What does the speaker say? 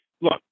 Look